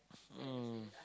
mm